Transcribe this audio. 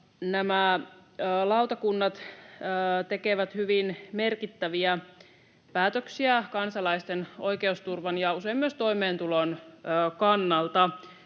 nämä lautakunnat tekevät hyvin merkittäviä päätöksiä kansalaisten oikeusturvan ja usein myös toimeentulon kannalta.